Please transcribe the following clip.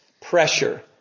pressure